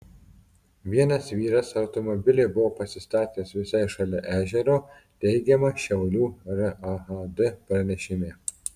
vienas vyras automobilį buvo pasistatęs visai šalia ežero teigiama šiaulių raad pranešime